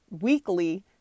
weekly